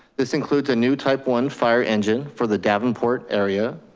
this includes a new type one fire engine for the davenport area,